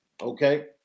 Okay